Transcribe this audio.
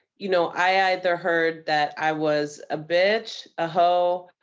you know i i either heard that i was a bitch, a hoe,